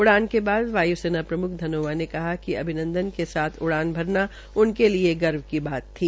उड़ान के बाद वाय्सेना प्रमख धनोआ ने कहा कि अभिनदंन के साथ उड़ान भरना उनके लिए गर्व की बात थी